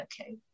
okay